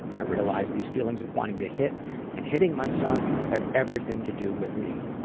i realized these feelings of wanting to hit and hitting my son have everything to do with me.